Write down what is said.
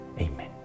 Amen